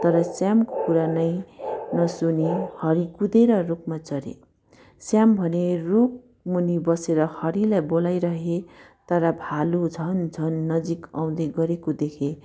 तर श्यामको कुरा नै नसुनी हरि कुदेर रुखमा चढे श्याम भने रुखमुनि बसेर हरिलाई बोलाइरहे तर भालु झन् झन् नजिक आउँदैगरेको देखे